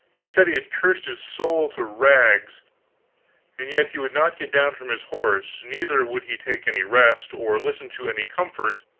he said he had cursed his soul to rags and yet he would not get down from his horse, neither would he take any rest, or listen to any comfort,